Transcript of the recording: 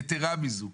יתרה מזאת,